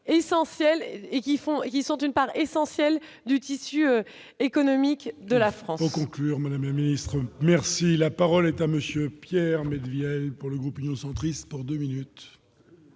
entreprises, qui sont une part essentielle du tissu économique de la France.